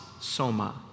soma